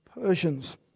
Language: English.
Persians